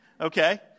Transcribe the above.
Okay